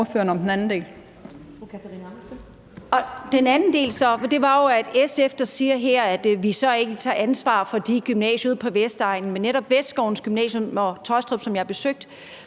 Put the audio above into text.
Den anden del var jo så, at SF her siger, at vi ikke tager ansvar for de gymnasier ude på Vestegnen, men netop Vestskovens Gymnasium og Høje-Taastrup Gymnasium, som jeg har besøgt,